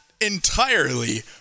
entirely